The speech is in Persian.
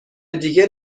دیگه